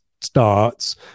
starts